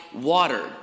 water